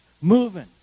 moving